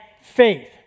faith